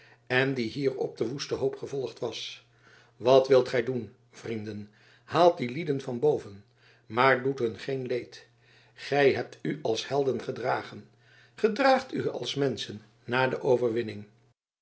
en die hierop den woesten hoop gevolgd was wat wilt gij doen vrienden haalt die lieden van boven maar doet hun geen leed gij hebt u als helden gedragen gedraagt u als menschen na de overwinning